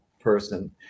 person